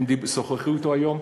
הם שוחחו אתו היום.